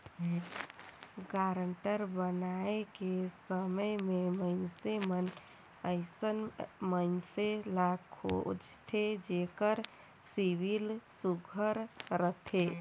guarantor बनाए के समे में मइनसे मन अइसन मइनसे ल खोझथें जेकर सिविल सुग्घर रहथे